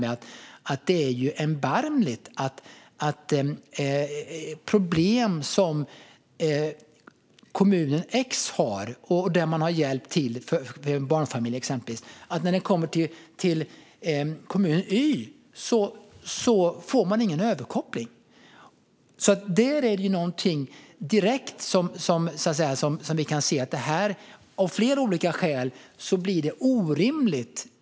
Det är erbarmligt att kommunen x, som exempelvis har gett hjälp till barnfamiljer som har problem, inte ger någon överkoppling när de här människorna sedan kommer till kommunen y. Här har vi någonting där vi direkt kan se att det av flera olika skäl blir orimligt.